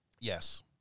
Yes